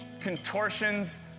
contortions